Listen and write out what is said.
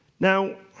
now,